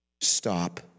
Stop